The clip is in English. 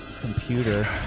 Computer